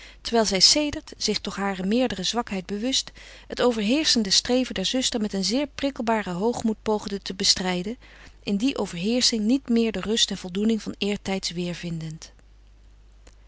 terwijl zij sedert zich toch hare meerdere zwakheid bewust het overheerschende streven der zuster met een zeer prikkelbaren hoogmoed poogde te bestrijden in die overheersching niet meer de rust en voldoening van eertijds